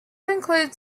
include